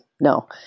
no